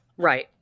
Right